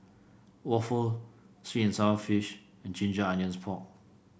waffle sweet and sour fish and Ginger Onions Pork